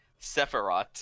Sephiroth